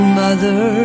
mother